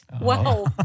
Wow